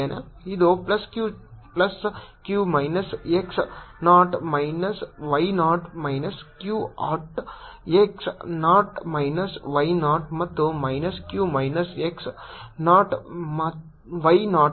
ಇದು plus q plus q minus x naught minus y naught minus q hat x naught minus y naught ಮತ್ತು minus q minus x naught y not